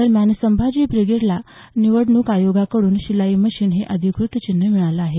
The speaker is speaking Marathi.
दरम्यान संभाजी ब्रिगेडला निवडणूक आयोगाकडून शिलाई मशीन हे अधिकृत चिन्ह मिळालं आहे